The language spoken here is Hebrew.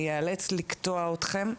אני אאלץ לקטוע אתכם,